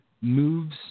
moves